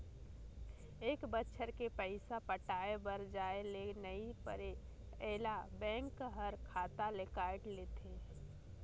ए बच्छर के पइसा पटाये बर जाये ले नई परे ऐला बेंक हर खाता ले कायट लेथे